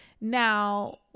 Now